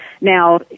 Now